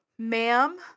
Ma'am